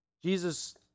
Jesus